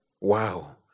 Wow